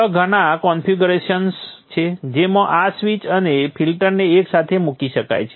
ત્યાં ધણા કોન્ફિગ્યુરેશન્સ છે જેમાં આ સ્વીચ અને ફિલ્ટરને એક સાથે મૂકી શકાય છે